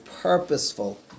purposeful